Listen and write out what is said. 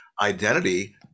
identity